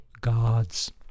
Gods